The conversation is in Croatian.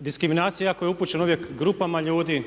Diskriminacija koja je upućena uvijek grupama ljudi